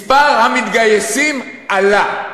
מספר המתגייסים עלה.